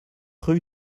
rue